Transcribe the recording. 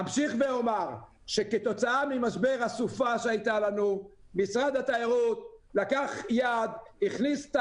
אמשיך ואומר שכתוצאה ממשבר הסופה שהיתה לנו משרד התיירות הכניס את